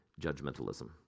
judgmentalism